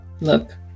Look